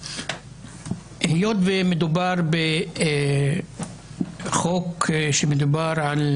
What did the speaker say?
היות ומדובר בחוק שמדבר על